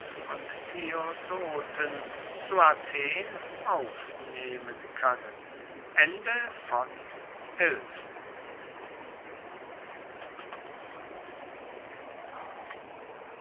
zu athen aufnehmen können